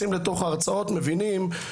בארגון הזה יש גם אנשים,